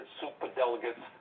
superdelegates